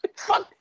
Fuck